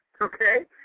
Okay